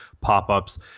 pop-ups